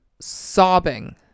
sobbing